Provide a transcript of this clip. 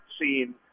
seen –